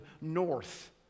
north